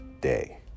day